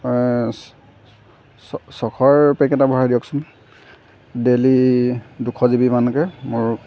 ছয়শৰ pack এটা ভৰাই দিয়কচোন ডেইলি দুশ জিবি মানকৈ মোৰ